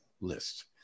list